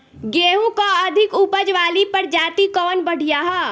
गेहूँ क अधिक ऊपज वाली प्रजाति कवन बढ़ियां ह?